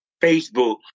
Facebook